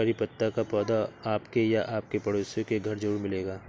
करी पत्ता का पौधा आपके या आपके पड़ोसी के घर ज़रूर मिलेगा